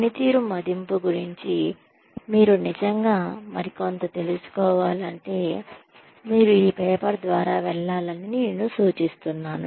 పనితీరు మదింపు గురించి మీరు నిజంగా మరింత తెలుసుకోవాలంటే మీరు ఈ పేపర్ ద్వారా వెళ్ళాలని నేను సూచిస్తున్నాను